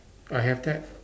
I have that